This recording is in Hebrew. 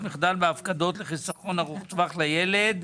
מ' 232) (מסלול ברירת מחדל בהפקדות לחיסכון ארוך טווח לילד).